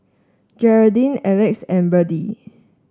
Geraldine Elex and Berdie